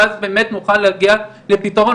ואז באמת נוכל להגיע לפתרון,